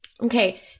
Okay